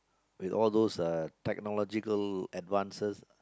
with all those technological advances